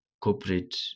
corporate